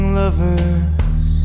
lovers